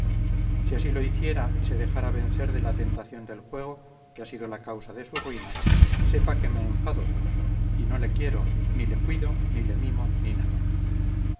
si así lo hiciera y se dejara vencer de la tentación del juego que ha sido la causa de su ruina sepa que me enfado y no le quiero ni le cuido ni le mimo ni nada